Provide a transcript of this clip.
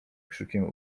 krzykiem